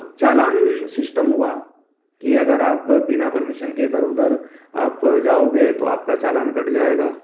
चालान system हुआ कि अगर आप बिना परमिशन के इधर उधर आप जाओगे तो आपका चालान कट जाएगा